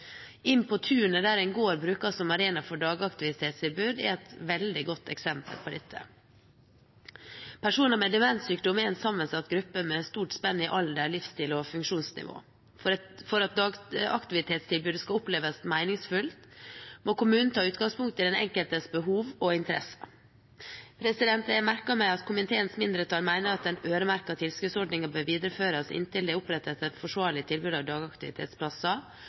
Inn på tunet, der en gård brukes som arena for dagaktivitetstilbud, er et veldig godt eksempel på dette. Personer med demenssykdom er en sammensatt gruppe, med stort spenn i alder, livsstil og funksjonsnivå. For at dagaktivitetstilbudet skal oppleves meningsfullt, må kommunen ta utgangspunkt i den enkeltes behov og interesser. Jeg har merket meg at komiteens mindretall mener at den øremerkede tilskuddsordningen bør videreføres inntil det er opprettet et forsvarlig tilbud av dagaktivitetsplasser,